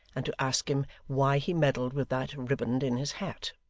and to ask him why he meddled with that riband in his hat.